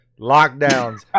lockdowns